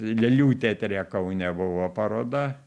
lėlių teatre kaune buvo paroda